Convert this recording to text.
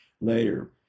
later